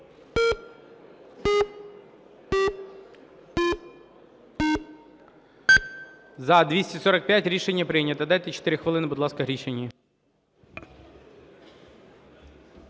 За-245 Рішення прийнято. Дайте 4 хвилини, будь ласка, Гришиній.